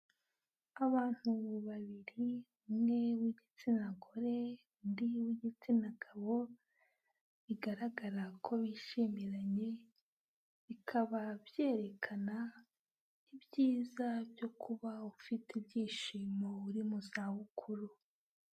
Abantu babiri umwe w'igitsina gore undi w'igitsina gabo, bigaragara ko bishimiranye, bikaba byerekana ibyiza byo kuba ufite ibyishimo uri mu zabukuru.